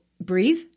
breathe